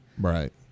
Right